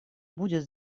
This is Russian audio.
будет